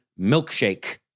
milkshake